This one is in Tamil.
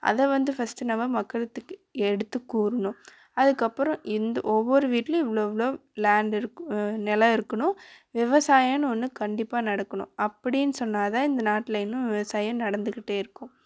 அதை வந்து ஃபர்ஸ்ட்டு நம்ம மக்களுத்துக்கு எடுத்து கூறுணும் அதுக்கப்புறோம் இந்த ஒவ்வொரு வீட்லேயும் இவ்வளோ இவ்வளோ லேண்ட் இருக்கும் நிலம் இருக்கணும் விவசாயோன்னு ஒன்று கண்டிப்பாக நடக்கணும் அப்படின்னு சொன்னால் தான் இந்த நாட்டில் இன்னும் விவசாயம் நடந்துக்கிட்டே இருக்கும்